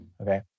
Okay